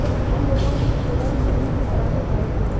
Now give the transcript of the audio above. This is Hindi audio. उन लोगो ने सुबह मूली के पराठे खाए थे